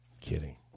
Kidding